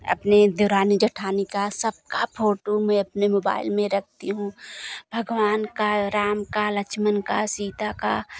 अपने देवरानी जठानी की सबकी फोटो मैं अपने मोबाइल में रखती हूँ भगवान की राम की लक्ष्मण की सीता की